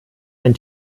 ein